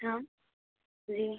हाँ जी